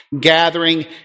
gathering